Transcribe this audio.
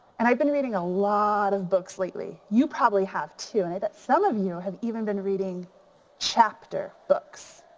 and i've been reading a lot of books lately. you probably have too and i bet some of you have even been reading chapter books.